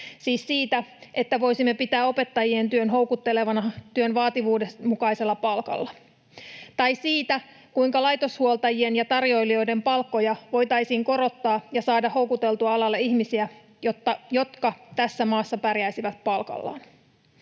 siis siitä, että voisimme pitää opettajien työn houkuttelevana työn vaativuuden mukaisella palkalla. Tai siitä, kuinka laitoshuoltajien ja tarjoilijoiden palkkoja voitaisiin korottaa ja saada houkuteltua alalle ihmisiä, jotka tässä maassa pärjäisivät palkallaan.